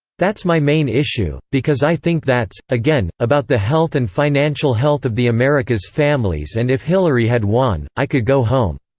that's my main issue, because i think that's, again, about the health and financial health of the america's families and if hillary had won, i could go home.